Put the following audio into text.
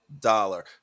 Dollar